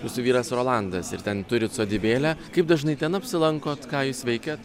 jūsų vyras rolandas ir ten turit sodybėlę kaip dažnai ten apsilankot ką jūs veikiat